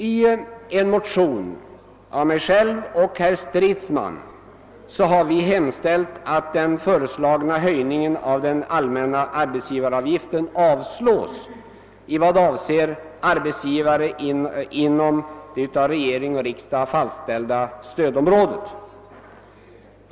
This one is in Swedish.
I en motion av mig själv och herr Stridsman hemställes att förslaget om höjning av den allmänna arbetsgivaravgiften avslås i vad avser arbetsgivare inom av regering och riksdag fastställda stödområden.